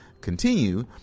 continue